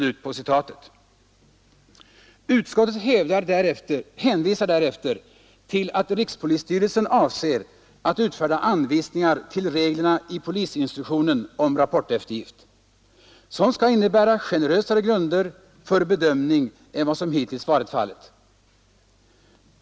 Utskottet hänvisar därefter till att rikspolisstyrelsen avser att utfärda anvisningar till reglerna i polisinstruktionen om rapporteftergift vilka skall innebära generösare grunder för bedömning än vad som hittills varit fallet.